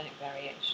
variation